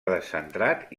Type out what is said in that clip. descentrat